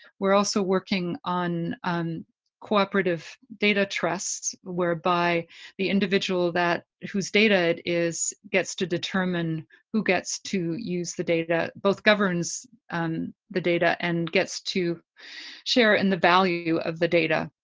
we're also working on cooperative data trusts, whereby the individual whose data it is gets to determine who gets to use the data, both governs um the data and gets to share in the value of the data.